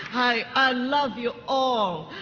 i ah love you all!